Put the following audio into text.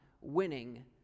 winning